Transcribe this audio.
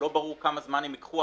לא ברור כמה זמן הם ייקחו,